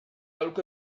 aholku